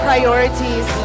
priorities